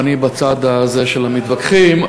ואני בצד הזה של המתווכחים,